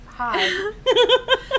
hi